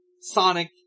Sonic